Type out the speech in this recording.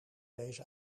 deze